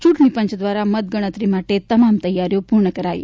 ચ્રંટણી પંચ દ્વારા મતગણતરી માટે તમામ તૈયારીઓ પૂર્ણ કરાઈ